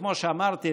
כמו שאמרתי,